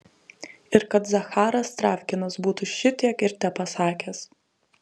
ir kad zacharas travkinas būtų šitiek ir tepasakęs